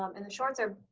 um and the shorts are,